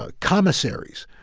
ah commissaries,